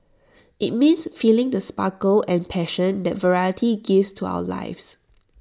IT means feeling the sparkle and passion that variety gives to our lives